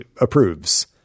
approves